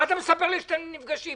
אל תספר לי שאתם נפגשים.